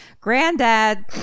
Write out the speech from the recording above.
granddad